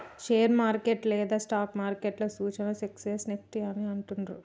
share market లేదా stock మార్కెట్లో సూచీలను సెన్సెక్స్, నిఫ్టీ అని అంటుండ్రు